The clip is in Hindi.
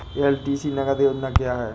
एल.टी.सी नगद योजना क्या है?